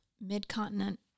mid-continent